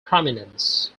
prominence